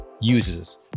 uses